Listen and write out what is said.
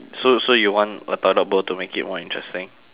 so so you want a toilet bowl to make it more interesting